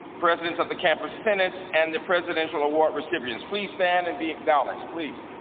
presidents of the campus senates and the presidential award recipients. please stand and be acknowledged. please.